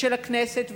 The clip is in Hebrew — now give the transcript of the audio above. ושל הכנסת,